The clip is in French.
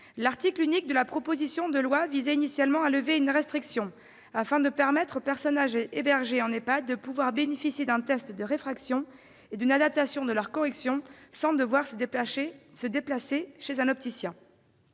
L'article unique de la proposition de loi visait initialement à lever une restriction, afin de permettre aux personnes âgées hébergées en EHPAD de bénéficier d'un test de réfraction et d'une adaptation de leur correction sans avoir à se déplacer chez un opticien.